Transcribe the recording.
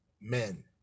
men